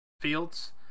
fields